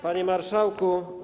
Panie Marszałku!